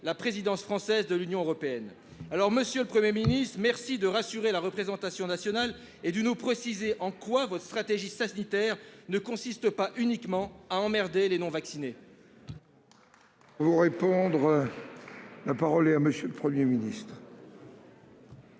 la présidence française du Conseil de l'Union européenne. Monsieur le Premier ministre, merci de rassurer la représentation nationale et de nous préciser en quoi votre stratégie sanitaire ne consiste pas uniquement à « emmerder les non-vaccinés